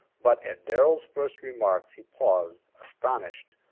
but at darrell's first remarks he paused, astonished,